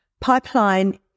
Pipeline